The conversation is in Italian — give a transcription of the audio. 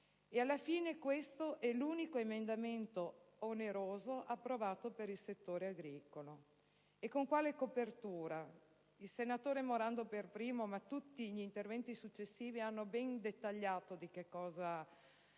alla fine, questo è l'unico emendamento oneroso approvato per il settore agricolo. E con quale copertura? Il senatore Morando per primo, ma tutti gli interventi successivi, hanno descritto dettagliatamente dove si